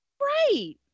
Right